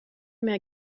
mehr